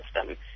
system